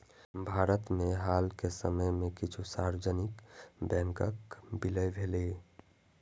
भारत मे हाल के समय मे किछु सार्वजनिक बैंकक विलय भेलैए